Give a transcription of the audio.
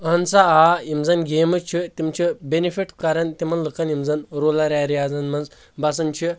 اہن سا آ یِم زن گیمہٕ چھِ تِم چھِ بیٚنفٹ کران تِمن لُکن یِم زن رولر ایریازن منٛز بسان چھِ